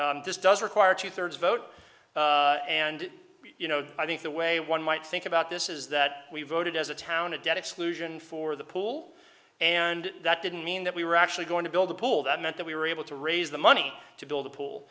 this does require two thirds vote and you know i think the way one might think about this is that we voted as a town a debt exclusion for the pool and that didn't mean that we were actually going to build a pool that meant that we were able to raise the money to build a pool